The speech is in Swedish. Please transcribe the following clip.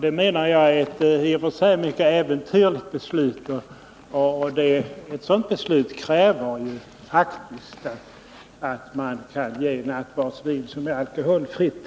Det menar jag är ett i och för sig mycket äventyrligt beslut, och ett sådant beslut kräver faktiskt att man kan ge ett nattvardsvin som är alkoholfritt.